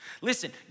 Listen